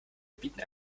bieten